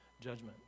Judgment